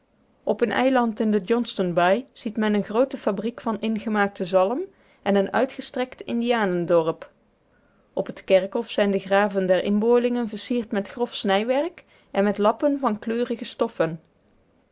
op een eiland in de johnston baai ziet men eene groote fabriek van ingemaakte zalm en een uitgestrekt indianendorp op het kerkhof zijn de graven der inboorlingen versierd met grof snijwerk en met lappen van kleurige stoffen